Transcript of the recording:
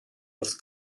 wrth